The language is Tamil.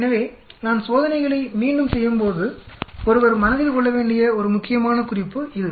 எனவே நான் சோதனைகளை மீண்டும் செய்யும்போது ஒருவர் மனதில் கொள்ள வேண்டிய ஒரு முக்கியமான குறிப்பு இது